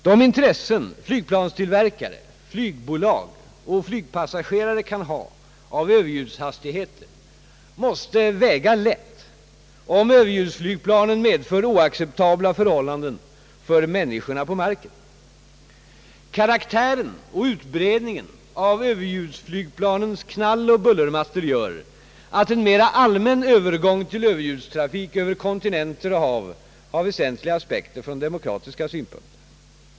De intressen flygplanstillverkare, flygbolag och flygpassagerare kan ha av överljudshastigheter måste väga lätt om överljudsflygplanen medför oacceptabla förhållanden för människorna på marken. Karaktären och utbredningen av Ööverljudsflygplanens knalloch bullermattor gör att en mera allmän övergång till överljudstrafik över kontinenter och hav har väsentliga aspekter från demokratiska synpunkter.